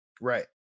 right